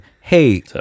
hey